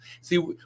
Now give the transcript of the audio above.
See